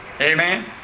Amen